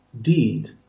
deed